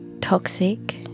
toxic